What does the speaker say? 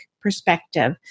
perspective